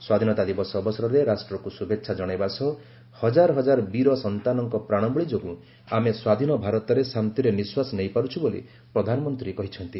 ସ୍ୱାଧୀନତା ଦିବସ ଅବସରରେ ରାଷ୍ଟ୍ରକୁ ଶୁଭେଚ୍ଛା କଣାଇବା ସହ ହଜାର ହଜାର ବୀର ସନ୍ତାନଙ୍କ ପ୍ରାଣବଳୀ ଯୋଗୁଁ ଆମେ ସ୍ୱାଧୀନ ଭାରତରେ ଶାନ୍ତିରେ ନିଶ୍ୱାସ ନେଇପାରୁଛ୍ ବୋଲି ପ୍ରଧାନମନ୍ତ୍ରୀ କହିଛନ୍ତି